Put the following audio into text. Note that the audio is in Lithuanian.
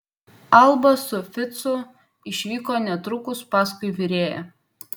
alba su ficu išvyko netrukus paskui virėją